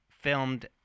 Filmed